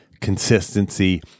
consistency